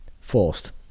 forced